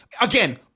Again